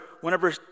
whenever